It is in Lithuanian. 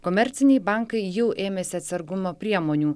komerciniai bankai jau ėmėsi atsargumo priemonių